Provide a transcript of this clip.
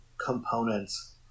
components